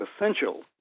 essential